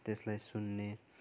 त्यसलाई सुन्ने